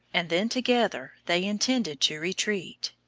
and then together they intended to retreat.